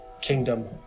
kingdom